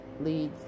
leads